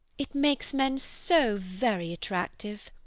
it makes men so very attractive.